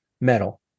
metal